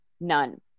none